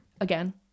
again